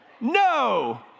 no